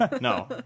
No